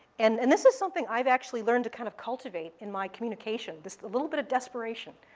and and this was something i've actually learned to kind of cultivate in my communication, this little bit of desperation.